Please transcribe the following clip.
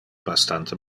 bastante